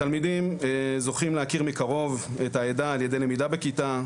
התלמידים זוכים להכיר מקרוב את העדה על ידי למידה בכיתה,